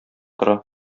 тора